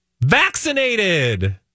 vaccinated